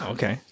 Okay